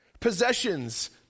Possessions